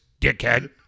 dickhead